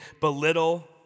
belittle